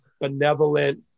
benevolent